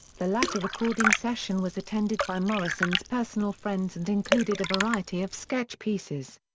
the latter recording session was attended by morrison's personal friends and included a variety of sketch pieces.